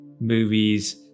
movies